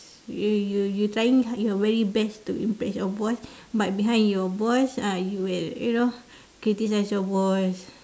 you you you trying your very best to impress your boss but behind your boss ah you will you know criticise your boss